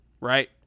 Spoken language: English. right